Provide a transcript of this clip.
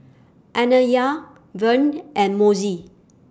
Anaya Vern and Mosey